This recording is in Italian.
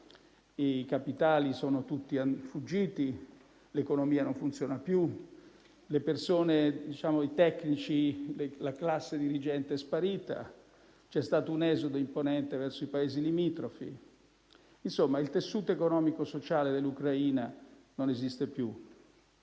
i capitali sono tutti fuggiti, l'economia non funziona, i tecnici e la classe dirigente sono spariti; c'è stato un esodo imponente verso i Paesi limitrofi: in sostanza, ripeto, il tessuto economico-sociale dell'Ucraina non esiste più.